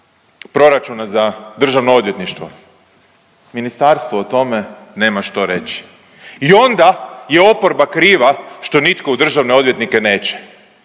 proračuna za Državno odvjetništvo. Ministarstvo o tome nema što reći. I onda je oporba kriva što nitko u državne odvjetnike neće.